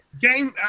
game